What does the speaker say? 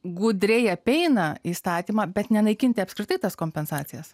gudriai apeina įstatymą bet nenaikinti apskritai tas kompensacijas